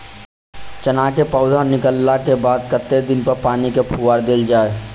चना केँ पौधा निकलला केँ बाद कत्ते दिन पर पानि केँ फुहार देल जाएँ?